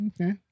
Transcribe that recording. Okay